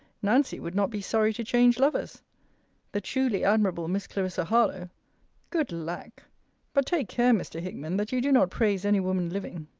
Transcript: nancy would not be sorry to change lovers the truly-admirable miss clarissa harlowe good lack but take care, mr. hickman, that you do not praise any woman living,